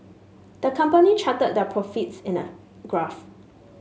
the company charted their profits in a graph